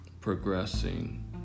progressing